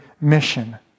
mission